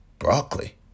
broccoli